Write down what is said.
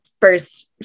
first